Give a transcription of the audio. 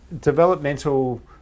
developmental